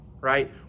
right